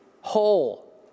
Whole